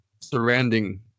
surrounding